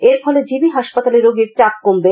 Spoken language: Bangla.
এর ফলে জিবি হাসপাতালে রোগীর চাপ কমবে